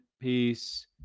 peace